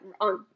on